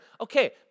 Okay